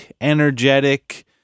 energetic